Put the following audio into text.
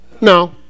No